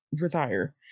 retire